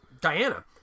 Diana